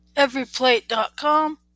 Everyplate.com